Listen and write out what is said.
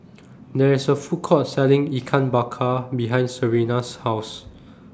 There IS A Food Court Selling Ikan Bakar behind Serena's House